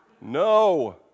No